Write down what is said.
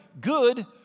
good